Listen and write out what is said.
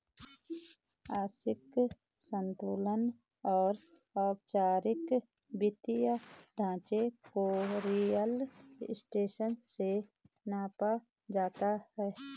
आंशिक संतुलन और औपचारिक वित्तीय ढांचे को रियल स्टेट से मापा जाता है